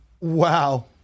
Wow